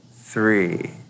three